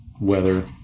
weather